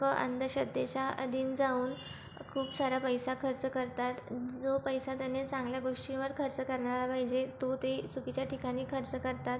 लोकं अंधश्रद्धेच्या आधीन जाऊन खूप सारा पैसा खर्च करतात जो पैसा त्यांनी चांगल्या गोष्टींवर खर्च करनाला पाहिजे तो ते चुकीच्या ठिकाणी खर्च करतात